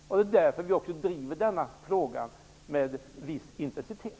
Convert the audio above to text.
Det är också därför som vi driver denna fråga med en viss intensitet.